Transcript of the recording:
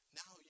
now